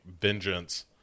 vengeance